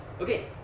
Okay